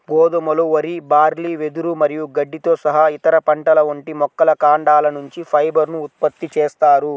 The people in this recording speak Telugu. గోధుమలు, వరి, బార్లీ, వెదురు మరియు గడ్డితో సహా ఇతర పంటల వంటి మొక్కల కాండాల నుంచి ఫైబర్ ను ఉత్పత్తి చేస్తారు